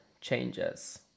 changes